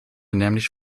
nämlich